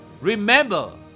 Remember